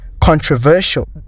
controversial